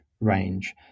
range